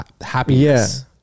happiness